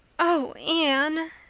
oh, anne!